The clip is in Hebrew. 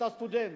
את הסטודנט.